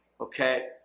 okay